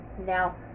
Now